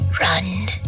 Run